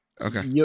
okay